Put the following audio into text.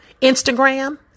Instagram